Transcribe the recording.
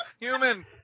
Human